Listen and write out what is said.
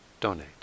donate